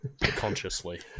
consciously